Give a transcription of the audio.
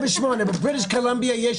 בבריטיש קולומביה,